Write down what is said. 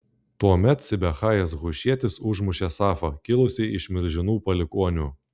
tuomet sibechajas hušietis užmušė safą kilusį iš milžinų palikuonių